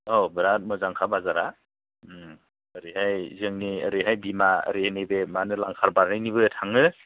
औ बिराद मोजांखा बाजारा ओरैहाय जोंनि ओरैहाय बिमा ओरै नैबे मा होनो लांखार बारनायनिबो थाङो